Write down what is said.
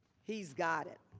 he's got it.